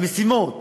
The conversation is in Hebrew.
למשימות